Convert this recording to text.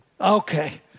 Okay